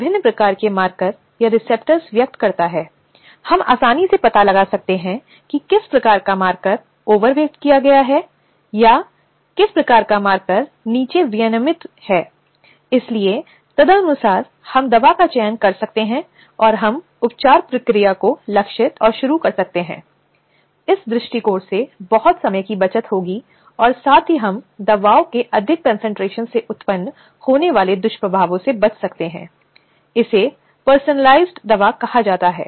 अब सर्वोच्च न्यायालय के ऐसे निर्देशों की घोषणा करना कानून का आधार बन गया और यह देश का पहला शासकीय कानून बन गया जहां सभी संगठनों को संगठन के भीतर समितियों के भीतर एक निश्चित संस्थान स्थापित करना और यह सुनिश्चित करना था कि कार्य स्थल पर उत्पीड़न को रोकने के लिए प्रभावी कदम उठाए जाएं